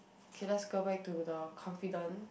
okay let's go back to the confident